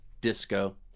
Disco